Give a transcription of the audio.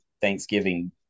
thanksgiving